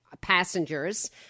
passengers